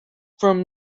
from